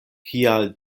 kial